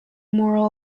moral